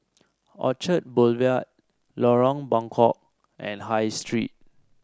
Orchard Boulevard Lorong Buangkok and High Street